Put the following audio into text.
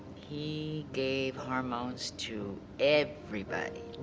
he gave hormones to everybody.